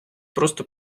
просто